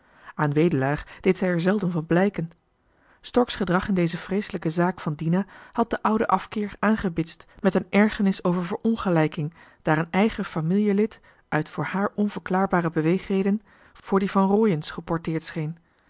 aan wedelaar deed zij er zelden van blijken stork's gedrag in deze vreeselijke zaak van dina had den ouden afkeer aangebitst met een ergernis over verongelijking daar een eigen fâmieljelid uit voor haar onverklaarbare beweegreden voor die van rooien's geporteerd scheen